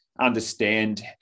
understand